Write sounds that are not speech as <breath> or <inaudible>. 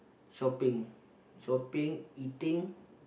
shopping <breath> shopping eating